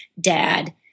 dad